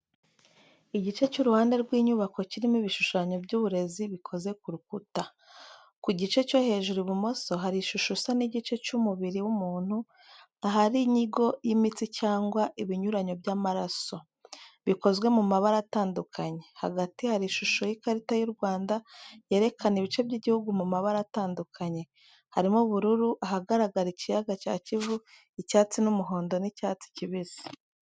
Igice cy’uruhande rw’inyubako kirimo ibishushanyo by’uburezi bikoze ku rukuta. Ku gice cyo hejuru ibumoso hari ishusho isa n’igice cy’umubiri w’umuntu, ahari inyigo y’imitsi cyangwa ibinyuranyo by’amaraso, bikozwe mu mabara atandukanye. Hagati, hari ishusho y’ikarita y’u Rwanda yerekana ibice by’igihugu mu mabara atandukanye, harimo ubururu, ahagaragara ikiyaga cya Kivu, icyatsi, umuhondo n’icyatsi kibisi.